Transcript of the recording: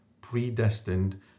predestined